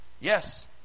Yes